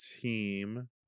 team